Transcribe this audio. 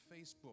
Facebook